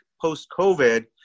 post-COVID